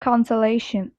consolation